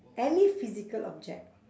any physical object